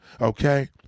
okay